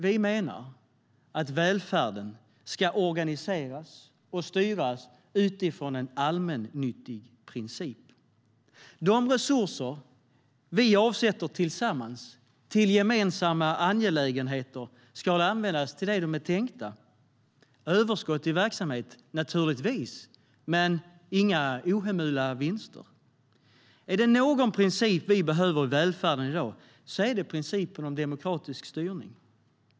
Vi menar att välfärden ska organiseras och styras utifrån en allmännyttig princip. De resurser vi avsätter tillsammans till gemensamma angelägenheter ska användas till det de är tänkta. Det ska naturligtvis bli överskott i verksamhet men inga ohemula vinster. Är det någon princip vi behöver i välfärden i dag är det principen om demokratisk styrning.